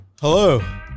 Hello